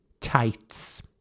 tights